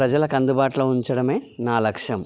ప్రజలకు అందుబాటులో ఉంచడమే నా లక్ష్యం